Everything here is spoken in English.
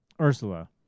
Ursula